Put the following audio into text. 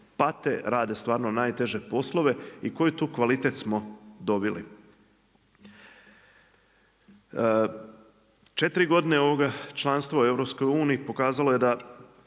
pate, rade stvarno najteže poslove i koji tu kvalitete smo dobili. Četiri godine članstva u EU pokazalo je da